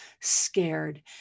scared